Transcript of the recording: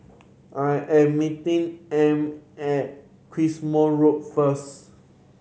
I am meeting Amy at Quemoy Road first